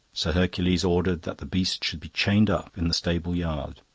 sir hercules ordered that the beast should be chained up in the stable-yard.